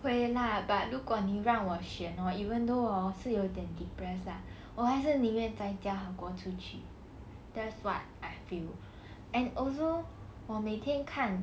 会 lah but 如果你让我选 hor even though hor 是有点 depressed lah 我还是宁愿在家好过出去 that's what I feel and also 我每天看